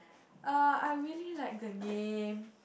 uh I really like the name